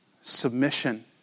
submission